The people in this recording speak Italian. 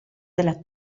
della